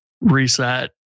reset